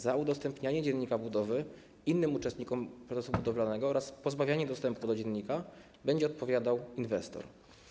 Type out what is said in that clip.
Za udostępnianie dziennika budowy innym uczestnikom procesu budowlanego oraz pozbawianie dostępu do dziennika będzie odpowiadał inwestor.